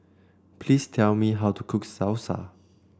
please tell me how to cook Salsa